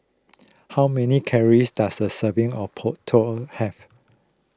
how many calories does a serving of Tao have